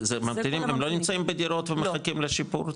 זה ממתינים הם לא נמצאים בדירות ומחכים לשיפור תנאים?